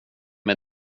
med